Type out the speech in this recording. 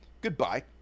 Goodbye